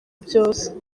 byose